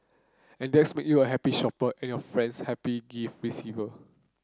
and that's make you a happy shopper and your friends happy gift receiver